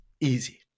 easy